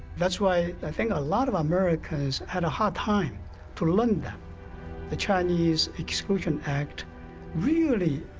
that's why i think a lot of americans had a hard time to learn that the chinese exclusion act really